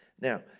Now